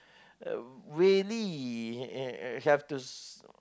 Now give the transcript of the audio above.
uh really uh uh okay I have to